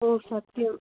ഓ സത്യം